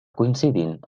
coincidint